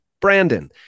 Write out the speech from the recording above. Brandon